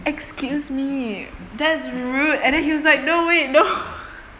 excuse me there's rude and then he was like no wait no